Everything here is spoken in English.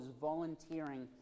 volunteering